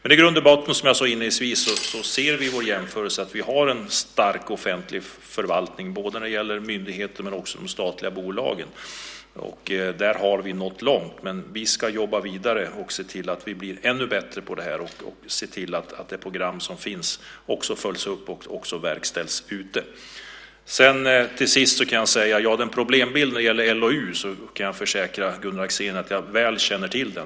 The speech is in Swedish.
I grund och botten ser vi i vår jämförelse att vi har en stark offentlig förvaltning både när det gäller myndigheter och när det gäller de statliga bolagen. Där har vi nått långt, men vi ska jobba vidare, se till att vi blir ännu bättre och se till att programmen följs upp och verkställs ute. Till sist kan jag försäkra Gunnar Axén att jag väl känner till problembilden när det gäller LOU.